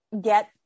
get